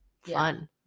fun